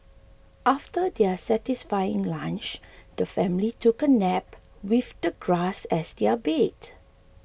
after their satisfying lunch the family took a nap with the grass as their bed